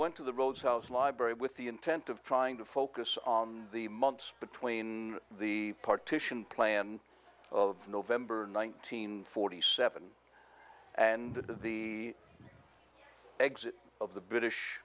went to the rhodes house library with the intent of trying to focus on the months between the partition plan of nov nineteenth forty seven and the exit of the british